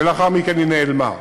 ולאחר מכן היא נעלמה.